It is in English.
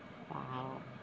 !wow!